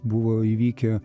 buvo įvykę